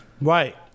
Right